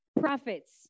profits